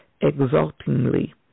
exultingly